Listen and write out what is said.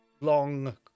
long